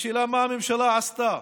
השאלה: מה הממשלה עשתה?